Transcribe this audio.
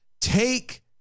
take